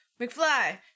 mcfly